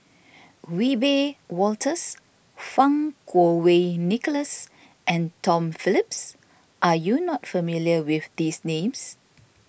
Wiebe Wolters Fang Kuo Wei Nicholas and Tom Phillips are you not familiar with these names